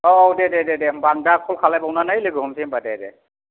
औ दे दे दे दे होमब्ला आं दा कल खालायबावनानै लोगो हमसै होमब्ला दे दे